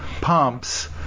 pumps